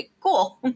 Cool